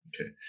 Okay